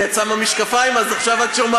הנה, את שמה משקפיים, אז עכשיו את שומעת.